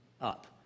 up